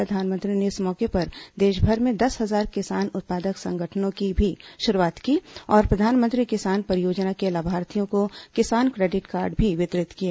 प्रधानमंत्री ने इस मौके पर देशभर में दस हजार किसान उत्पादक संगठनों की भी शुरूआत की और प्रधानमंत्री किसान परियोजना के लाभार्थियों को किसान क्रेडिट कार्ड भी वितरित किए